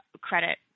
credit